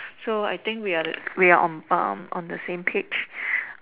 so I think we are the we are on Par on the same page